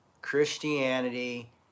Christianity